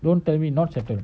don't tell me not settle